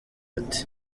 ati